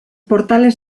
portales